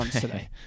today